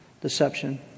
deception